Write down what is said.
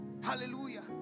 Hallelujah